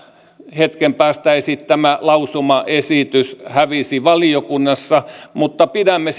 hetken päästä esitettävä lausumaesitys hävisi valiokunnassa mutta pidämme